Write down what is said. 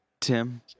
Tim